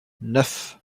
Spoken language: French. neuf